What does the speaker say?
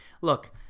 Look